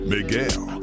Miguel